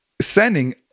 sending